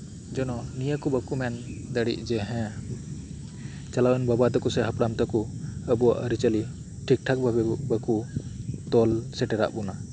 ᱡᱮᱱᱚ ᱱᱤᱭᱟᱹᱠᱩ ᱵᱟᱠᱩ ᱢᱮᱱᱫᱟᱲᱤᱜ ᱡᱮ ᱦᱮᱸ ᱪᱟᱞᱟᱣᱮᱱ ᱵᱟᱵᱟ ᱛᱟᱠᱩ ᱥᱮ ᱦᱟᱯᱲᱟᱢ ᱛᱟᱠᱩ ᱟᱵᱩᱣᱟᱜ ᱟᱹᱨᱤᱪᱟᱹᱞᱤ ᱱᱟᱯᱟᱭ ᱞᱮᱠᱟᱛᱮ ᱵᱟᱠᱩ ᱛᱚᱞ ᱫᱚᱦᱚᱣᱟᱜ ᱵᱚᱱᱟ